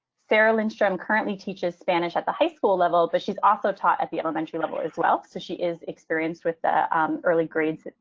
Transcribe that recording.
sara lindstrom currently teaches spanish at the high school level, but she's also taught at the elementary level as well. so she is experienced with the um early grades.